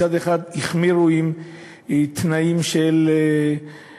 מצד אחד החמירו את התנאים של השכלה,